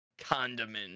condiment